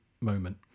moment